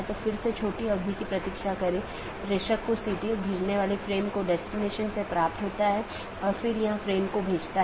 तो एक है optional transitive वैकल्पिक सकर्मक जिसका मतलब है यह वैकल्पिक है लेकिन यह पहचान नहीं सकता है लेकिन यह संचारित कर सकता है